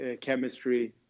chemistry